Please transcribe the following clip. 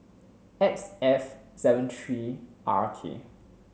X F seven three R K